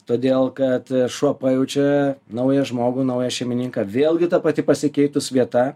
todėl kad šuo pajaučia naują žmogų naują šeimininką vėlgi ta pati pasikeitus vieta